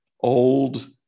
old